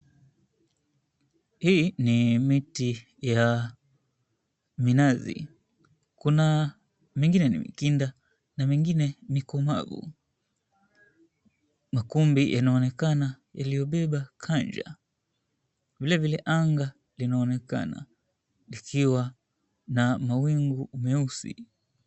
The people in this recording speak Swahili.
Hii ni miti ya minazi kuna mingine ni mikinda na mingine mikomavu, makumbi yanaonekana yaliyobeba kanja vile vile anga linaoekana lina na mawingu meusi.